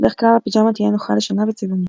בדרך כלל הפיג'מה תהיה נוחה לשינה וצבעונית.